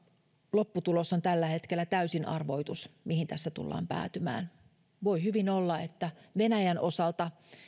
lopputulos on tällä hetkellä täysin arvoitus mihin tässä tullaan päätymään voi hyvin olla että venäjän osalta